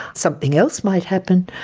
something else might happen,